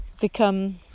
become